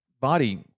body